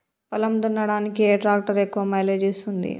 పొలం దున్నడానికి ఏ ట్రాక్టర్ ఎక్కువ మైలేజ్ ఇస్తుంది?